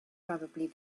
probably